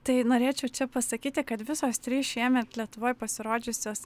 tai norėčiau čia pasakyti kad visos trys šiemet lietuvoj pasirodžiusios